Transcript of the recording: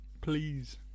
Please